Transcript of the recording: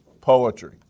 poetry